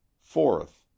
fourth